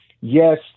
Yes